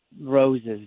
roses